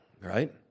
Right